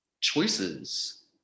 choices